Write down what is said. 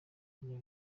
kigega